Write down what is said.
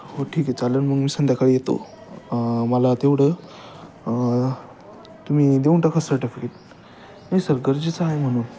हो ठीक आहे चालेल मग मी संध्याकाळी येतो मला तेवढं तुम्ही देऊन टाका सर्टिफिकेट नाही सर गरजेचं आहे म्हणून